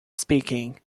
speaking